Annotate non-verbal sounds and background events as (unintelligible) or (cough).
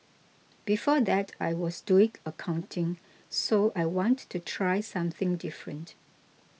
before that I was doing (unintelligible) accounting so I want to try something different